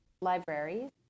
libraries